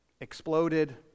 exploded